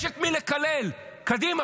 יש את מי לקלל, קדימה.